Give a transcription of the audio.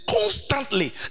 constantly